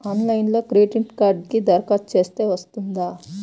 ఆన్లైన్లో క్రెడిట్ కార్డ్కి దరఖాస్తు చేస్తే వస్తుందా?